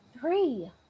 three